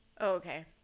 okay